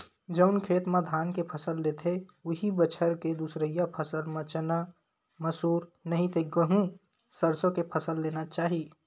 जउन खेत म धान के फसल लेथे, उहीं बछर के दूसरइया फसल म चना, मसूर, नहि ते गहूँ, सरसो के फसल लेना चाही